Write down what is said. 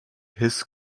his